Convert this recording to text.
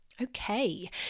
Okay